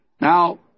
Now